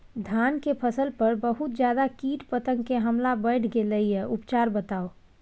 धान के फसल पर बहुत ज्यादा कीट पतंग के हमला बईढ़ गेलईय उपचार बताउ?